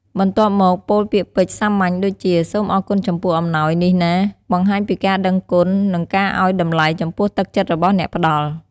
បន្ទាប់មក ពោលពាក្យពេចន៍សាមញ្ញដូចជា “សូមអរគុណចំពោះអំណោយនេះណា!” បង្ហាញពីការដឹងគុណ និងការឲ្យតម្លៃចំពោះទឹកចិត្តរបស់អ្នកផ្ដល់។